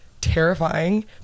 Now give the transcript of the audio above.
terrifying